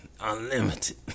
Unlimited